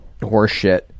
horseshit